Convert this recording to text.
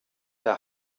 der